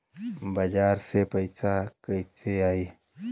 बाहर से पैसा कैसे आई?